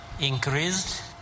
increased